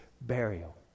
burial